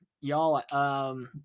y'all